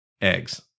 eggs